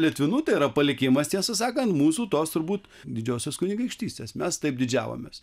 litvinu tai yra palikimas tiesą sakant mūsų tos turbūt didžiosios kunigaikštystės mes taip didžiavomės